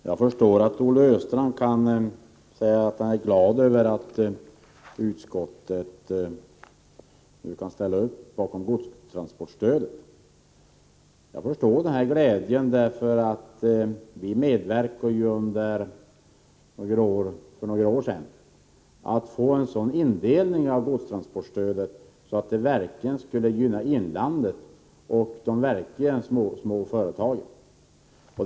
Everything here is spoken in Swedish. Herr talman! Jag förstår att Olle Östrand kan säga att han är glad över att utskottet nu kan ställa upp bakom godstransportstödet. Jag förstår den här glädjen därför att vi för några år sedan medverkade till att få en sådan indelning av godstransportstödet att det verkligen skulle gynna inlandet och de verkligt små företagen.